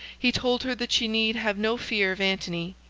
he told her that she need have no fear of antony.